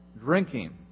drinking